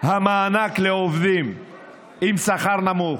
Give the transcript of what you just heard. המענק לעובדים עם שכר נמוך,